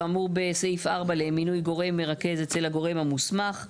כאמור בסעיף (4) למינוי גורם מרכז אצל הגורם המוסמך.